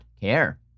care